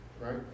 right